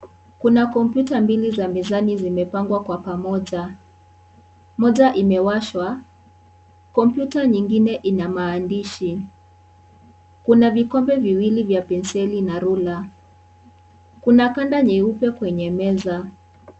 Kuna kompyuta mbili za mezani zimepangwa kwa pamoja moja imewashwa, kompyuta nyingine ina maandishi kuna vikombe viwili vina penseli na rula kuna kanda nyeupe kwenye meza.